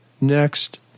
Next